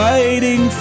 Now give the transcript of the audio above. Fighting